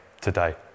today